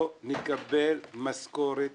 שהם לא יקבלו החודש משכורת